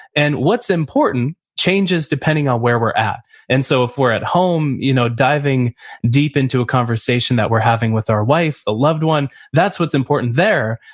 and what's important changes depending on where we're at and so if we're at home you know diving deep into a conversation that we're having with our wife, a loved one, that's what's important there.